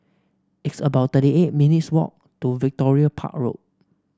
it's about thirty eight minutes' walk to Victoria Park Road